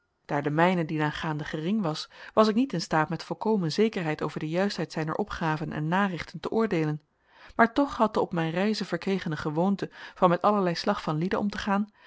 daar de mijne dienaangaande gering was was ik niet in staat met volkomen zekerheid over de juistheid zijner opgaven en narichten te oordeelen maar toch had de op mijn reizen verkregene gewoonte van met allerlei slag van lieden om te gaan